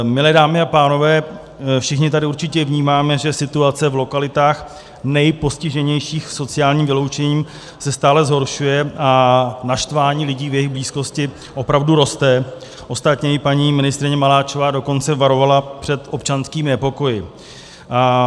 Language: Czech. Milé dámy a pánové, všichni tady určitě vnímáme, že situace v lokalitách nejpostiženějších sociálním vyloučením se stále zhoršuje a naštvání lidí v jejich blízkosti opravdu roste, ostatně i paní ministryně Maláčová dokonce varovala před občanskými nepokoji.